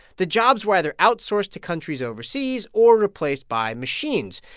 the jobs were either outsourced to countries overseas or replaced by machines.